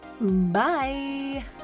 Bye